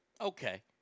okay